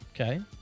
Okay